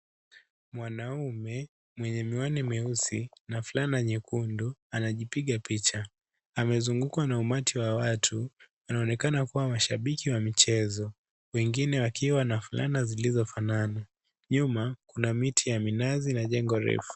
Mwanaume mwenye miwani myeusi, na flana nyekundu anajipiga picha, amezungukwa na umati wa watu, anaonekana kua mashabiki wa michezo, wengine wakiwa na flana zilizo fanana, nyuma kuna miti ya minazi na jengo refu.